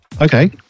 okay